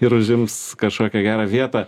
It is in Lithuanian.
ir užims kažkokią gerą vietą